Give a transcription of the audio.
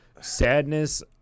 sadness